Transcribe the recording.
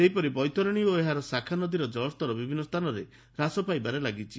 ସେହିପରି ବୈତରଣୀ ଓ ଏହାର ଶାଖାନଦୀରେ ଜଳସ୍ତର ବିଭିନ୍ ସ୍ଚାନରେ ହ୍ରାସ ପାଇବାରେ ଲାଗିଛି